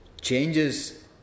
changes